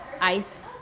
ice